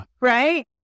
right